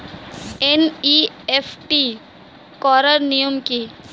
NEFT করার নিয়ম কী?